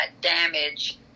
damage